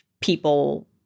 people